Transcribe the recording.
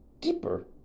deeper